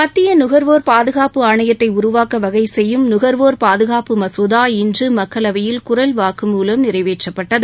மத்திய நுகர்வோர் பாதுகாப்பு ஆணையத்தை உருவாக்க வகைசெய்யும் நுகர்வோர் பாதுகாப்பு மசோதா இன்று மக்களவையில் குரல் வாக்குமூலம் நிறைவேற்றப்பட்டது